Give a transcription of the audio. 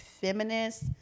feminist